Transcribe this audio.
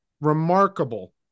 remarkable